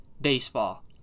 baseball